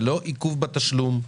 זה לא עיכוב בתשלום.